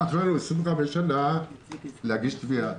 לקח לנו 25 שנים להגיש תביעה,